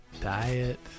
diet